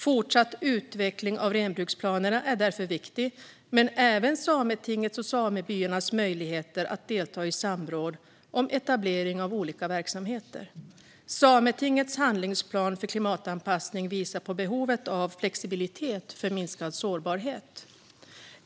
Fortsatt utveckling av renbruksplanerna är därför viktig, men även Sametingets och samebyarnas möjligheter att delta i samråd om etablering av olika verksamheter. Sametingets handlingsplan för klimatanpassning visar på behovet av flexibilitet för minskad sårbarhet.